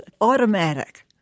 automatic